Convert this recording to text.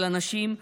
של הנשים,